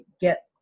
get